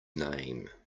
name